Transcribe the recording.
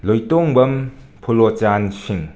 ꯂꯣꯏꯇꯣꯡꯕꯝ ꯐꯨꯂꯣꯆꯥꯟ ꯁꯤꯡ